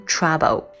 Trouble